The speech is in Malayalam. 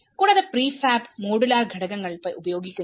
കൂടാതെ പ്രീഫാബ് മോഡുലാർഘടകങ്ങൾ ഉപയോഗിക്കുന്നു